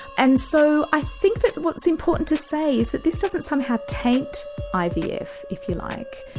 and so i think that what's important to say is that this doesn't somehow taint ivf if if you like,